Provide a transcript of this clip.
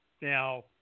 Now